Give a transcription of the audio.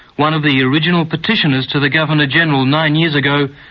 one of the original petitioners to the governor general nine years ago,